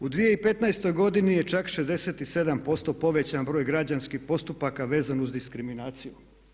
U 2015. godini je čak 67% povećan broj građanskih postupaka vezan uz diskriminaciju.